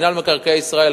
מינהל מקרקעי ישראל,